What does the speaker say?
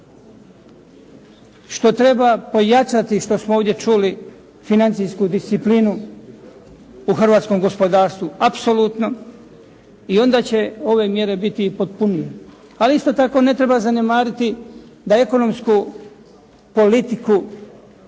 Što treba pojačati što smo ovdje čuli financijsku disciplinu u hrvatskom gospodarstvu apsolutno i onda će ove mjere biti i potpunije. Ali isto tako ne treba zanemariti da ekonomsku politiku